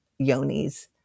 yonis